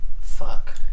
fuck